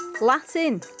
Latin